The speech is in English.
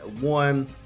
one